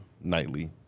nightly